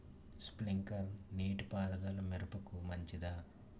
Sprinkler నీటిపారుదల మిరపకు మంచిదా?